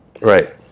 Right